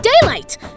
daylight